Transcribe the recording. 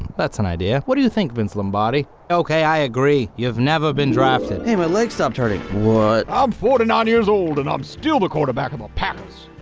that's an idea. what do you think, vince lombardi? ok. i agree. you've never been drafted. hey, my leg stopped hurting what. i'm forty nine years old and i'm still the quarterback of the packers.